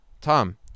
Tom